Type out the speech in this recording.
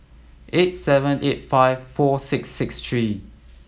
eight seven eight five four six six three